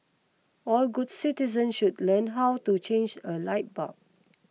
all good citizen should learn how to change a light bulb